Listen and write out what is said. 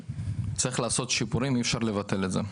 צריך לעשות שיפורים, אי אפשר לבטל את זה.